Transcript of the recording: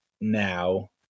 now